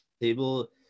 table